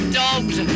dogs